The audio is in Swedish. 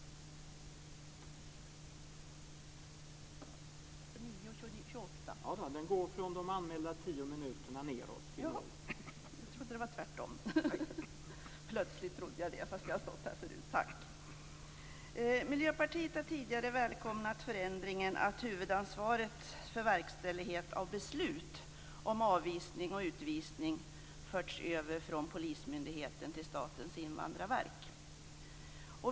Miljöpartiet har tidigare välkomnat förändringen att huvudansvaret för verkställighet av beslut om avvisning och utvisning förts över från polismyndigheten till Statens invandrarverk.